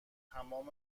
تمام